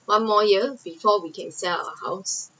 four more year before we can sell our house